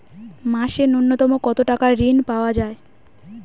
মাসে নূন্যতম কত টাকা ঋণ পাওয়া য়ায়?